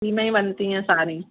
घी में ही बनती हैं सारी